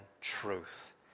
truth